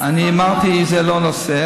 אני אמרתי שזה לא הנושא,